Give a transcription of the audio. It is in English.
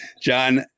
John